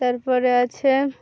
তারপরে আছে